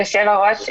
יושב-הראש,